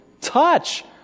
touch